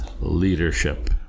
Leadership